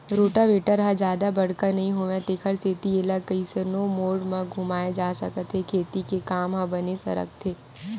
rotavator ह जादा बड़का नइ होवय तेखर सेती एला कइसनो मोड़ म घुमाए जा सकत हे खेती के काम ह बने सरकथे